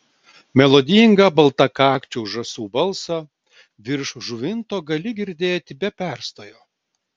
melodingą baltakakčių žąsų balsą virš žuvinto gali girdėti be perstojo